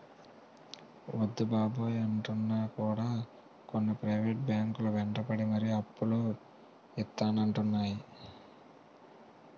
వద్దు బాబోయ్ అంటున్నా కూడా కొన్ని ప్రైవేట్ బ్యాంకు లు వెంటపడి మరీ అప్పులు ఇత్తానంటున్నాయి